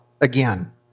again